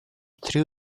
threw